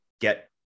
get